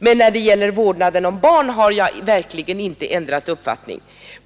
Men när det gäller vårdnaden av barn har jag verkligen inte ändrat uppfattning.